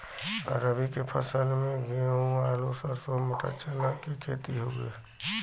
रबी के फसल में गेंहू, आलू, सरसों, मटर, चना के खेती हउवे